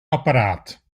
apparaat